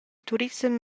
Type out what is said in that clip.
turissem